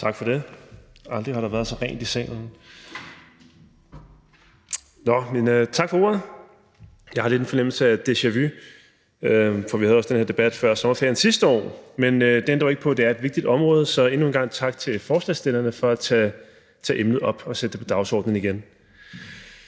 Tak for det. Aldrig har der været så rent i salen. Nå, men tak for ordet. Jeg har lidt en deja-vu-fornemmelse, for vi havde også den her debat før sommerferien sidste år. Men det ændrer ikke på, at det er et vigtigt område, så endnu en gang tak til forslagsstillerne for at tage emnet op og sætte det på dagsordenen igen.